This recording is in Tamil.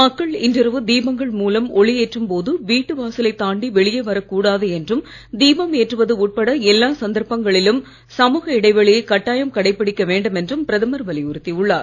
மக்கள் இன்றிரவு தீபங்கள் மூலம் ஒளி ஏற்றும் போது வீட்டை வாசலை தாண்டி வெளியே வரக் கூடாது என்றும் தீபம் ஏற்றுவது உட்பட எல்லா சந்தர்ப்பங்களிலும் சமூக இடைவெளியை கட்டாயம் கடைப்பிடிக்க வேண்டும் என்றும் பிரதமர் வலியுறுத்தியுள்ளார்